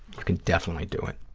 can definitely do it.